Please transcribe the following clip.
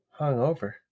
Hungover